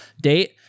date